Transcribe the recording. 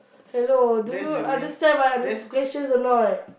hello do you understand my other questions or not